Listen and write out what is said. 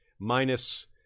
minus